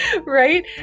right